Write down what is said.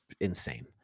insane